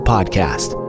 Podcast